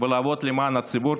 ולעבוד למען הציבור.